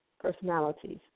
personalities